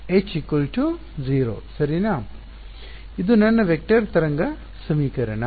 ಇದು ನನ್ನ ವೆಕ್ಟರ್ ತರಂಗ ಸಮೀಕರಣ